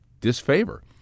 disfavor